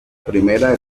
primera